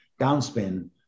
downspin